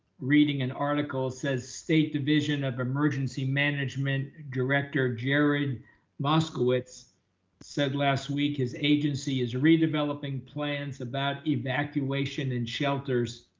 reading an article says state division of emergency management director, jared moskowitz said last week, his agency is redeveloping plans about evacuation and shelters